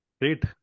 Great